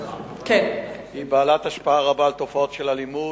היא בעלת השפעה רבה על תופעות של אלימות,